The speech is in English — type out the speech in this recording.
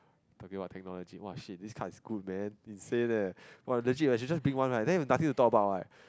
talking about technology !wah! shit this card is cool man insane eh legit I should just bring one right then nothing to talk about right